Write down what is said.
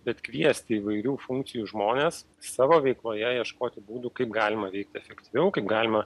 bet kviesti įvairių funkcijų žmones savo veikloje ieškoti būdų kaip galima veikti efektyviau kaip galima